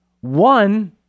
One